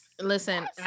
listen